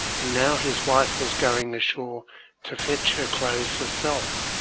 and now his wife was going ashore to fetch her clothes herself,